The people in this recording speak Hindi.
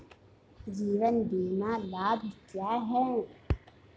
जीवन बीमा लाभ क्या हैं?